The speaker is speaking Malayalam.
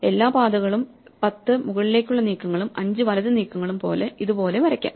എല്ലാ പാതകളും10 മുകളിലേക്കുള്ള നീക്കങ്ങളും 5 വലത് നീക്കങ്ങളും പോലെ ഇതുപോലെ വരയ്ക്കാം